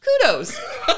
kudos